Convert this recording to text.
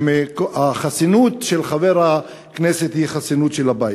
כי החסינות של חבר הכנסת היא חסינות של הבית.